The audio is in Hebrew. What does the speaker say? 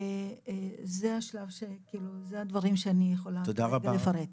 אלה הדברים שאני יכולה לפרט.